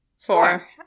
four